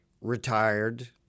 retired